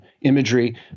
imagery